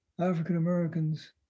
African-Americans